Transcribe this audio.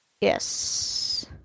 Yes